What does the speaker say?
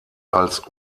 als